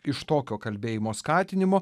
iš tokio kalbėjimo skatinimo